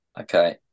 Okay